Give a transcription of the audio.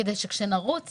כדי שכשנרוץ